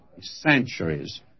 centuries